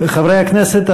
חברי הכנסת,